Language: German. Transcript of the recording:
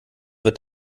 wird